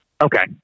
Okay